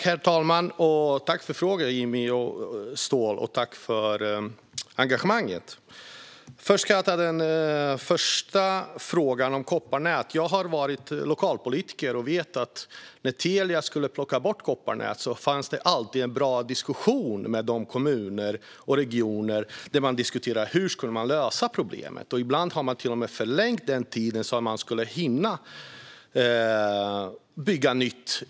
Herr talman! Tack, Jimmy Ståhl, för frågan och engagemanget! Låt mig börja med den första frågan om kopparnät. Jag har varit lokalpolitiker och vet att när Telia skulle plocka bort kopparnätet fanns det alltid en bra diskussion med kommuner och regioner om hur man skulle lösa problemet. Ibland har Telia till och med förlängt tiden för att man i kommunerna skulle hinna bygga nytt.